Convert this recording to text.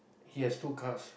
he has two cars